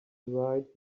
right